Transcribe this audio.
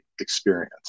experience